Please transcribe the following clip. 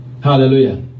Hallelujah